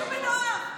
תרגישו בנוח,